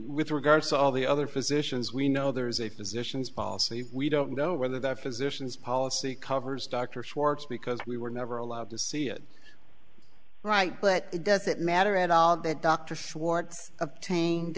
with regard to all the other physicians we know there is a physician's policy we don't know whether that physicians policy covers dr schwartz because we were never allowed to see it right but it doesn't matter at all that dr schwartz obtained